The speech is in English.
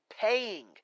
paying